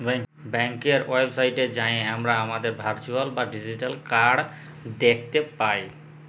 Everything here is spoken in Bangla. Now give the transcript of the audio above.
ব্যাংকের ওয়েবসাইটে যাঁয়ে আমরা আমাদের ভারচুয়াল বা ডিজিটাল কাড় দ্যাখতে পায়